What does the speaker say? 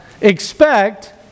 expect